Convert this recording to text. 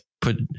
put